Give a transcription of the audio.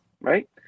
right